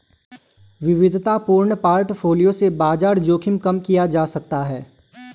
विविधतापूर्ण पोर्टफोलियो से बाजार जोखिम कम किया जा सकता है